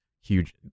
huge